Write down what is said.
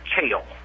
kale